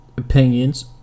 opinions